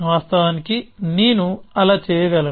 వాస్తవానికి నేను అలా చేయగలను